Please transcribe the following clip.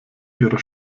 ihrer